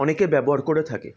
অনেকে ব্যবহার করে থাকে